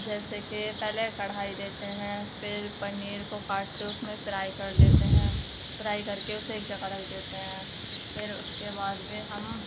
جیسے کہ پہلے کڑھائی لیتے ہیں پھر پنیر کو کاٹ کے اس میں فرائی کر لیتے ہیں فرائی کر کے اسے ایک جگہ رکھ دیتے ہیں پھر اس کے بعد میں ہم